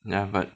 ya but